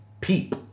peep